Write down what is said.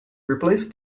replace